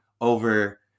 over